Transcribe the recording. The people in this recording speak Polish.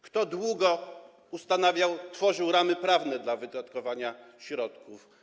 Kto długo ustanawiał, tworzył ramy prawne dla wydatkowania środków?